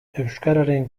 euskararen